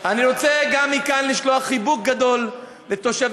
אני רוצה גם מכאן לשלוח חיבוק גדול לתושבי